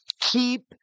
keep